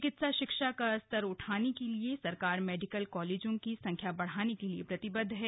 चिकित्सा शिक्षा का स्तर उठाने के लिए सरकार मेडिकल कॉलेजों की संख्या बढ़ाने के लिए प्रतिबद्ध है